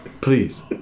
Please